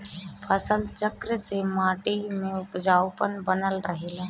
फसल चक्र से माटी में उपजाऊपन बनल रहेला